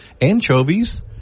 anchovies